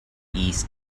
east